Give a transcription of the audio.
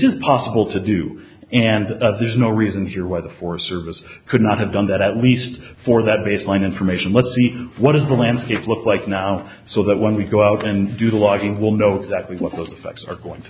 is possible to do and there's no reason sure why the forest service could not have done that at least for that baseline information let's see what does the landscape look like now so that when we go out and do the logging will know exactly what the effects are going to